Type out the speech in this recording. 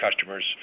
customers